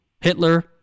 Hitler